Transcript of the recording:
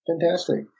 fantastic